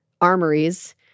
armories—